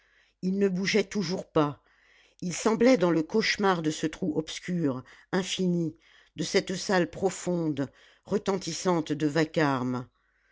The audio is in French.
il ne bougeait toujours pas il semblait dans le cauchemar de ce trou obscur infini de cette salle profonde retentissante de vacarme